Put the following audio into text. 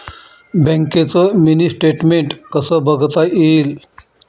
बँकेचं mini statement कसं बघता येईल?